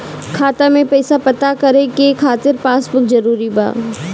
खाता में पईसा पता करे के खातिर पासबुक जरूरी बा?